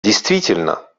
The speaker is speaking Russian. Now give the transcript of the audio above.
действительно